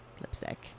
lipstick